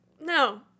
no